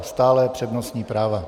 Stále přednostní práva.